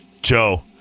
Joe